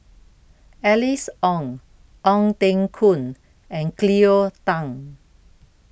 Alice Ong Ong Teng Koon and Cleo Thang